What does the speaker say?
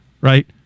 Right